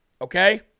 okay